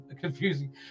confusing